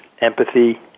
empathy